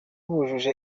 bujuje